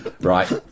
Right